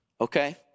okay